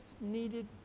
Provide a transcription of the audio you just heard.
needed